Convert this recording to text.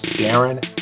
Darren